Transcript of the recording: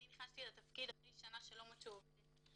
אני נכנסתי לתפקיד אחרי שנה שלא מצאו עובדת.